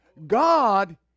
God